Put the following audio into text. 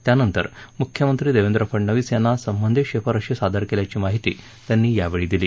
त्यानंतर मुख्यमंत्री देवेंद्र फडणवीस यांना संबंधित शिफारसी सादर केल्याची माहिती त्यांनी यावेळी दिली